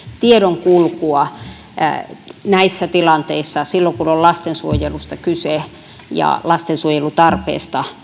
tiedonkulkua parannettiin näissä tilanteissa kun on lastensuojelusta ja lastensuojelutarpeesta